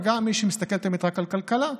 גם מי שמסתכל תמיד רק על כלכלה,